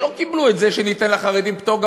שלא קיבלו את זה שניתן לחרדים פטור,